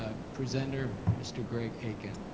ah presenter, mr. greg akin.